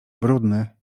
brudny